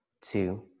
two